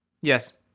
Yes